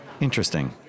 Interesting